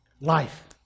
life